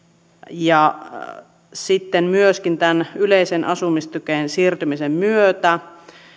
ja sitten myöskin yleiseen asumistukeen siirtymisen myötä